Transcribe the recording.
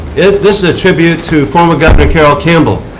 this is a tribute to former governor carroll campbell.